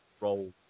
roll